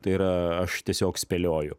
tai yra aš tiesiog spėlioju